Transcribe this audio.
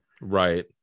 Right